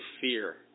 fear